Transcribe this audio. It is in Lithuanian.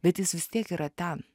bet jis vis tiek yra ten